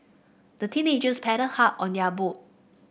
the teenagers paddled hard on their boat